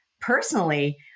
personally